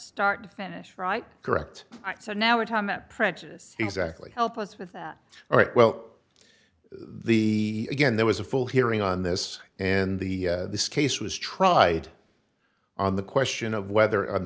start to finish right correct so now we're talking that prejudice exactly help us with that all right well the again there was a full hearing on this and the this case was tried on the question of whether